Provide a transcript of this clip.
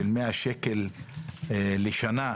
של 100 שקל לשנה,